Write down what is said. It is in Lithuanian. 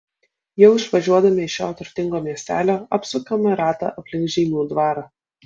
jau išvažiuodami iš šio turtingo miestelio apsukame ratą aplink žeimių dvarą